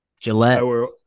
Gillette